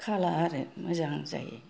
खाला आरो मोजां जायो